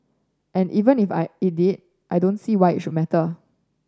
and even if I it did I don't see why it should matter